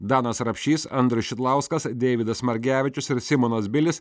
danas rapšys andrius šidlauskas deividas margevičius ir simonas bilis